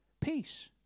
peace